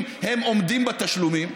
אם הם עומדים בתשלומים,